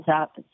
up